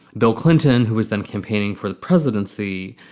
bill clinton, who was then campaigning for the presidency,